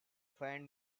faint